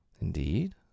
Indeed